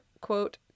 quote